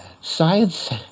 Science